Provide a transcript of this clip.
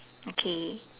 okay